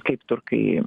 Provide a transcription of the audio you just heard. kaip turkai